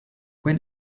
when